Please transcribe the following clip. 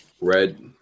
Red